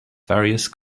various